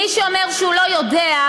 מי שאומר שהוא לא יודע,